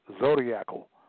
Zodiacal